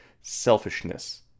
selfishness